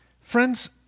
Friends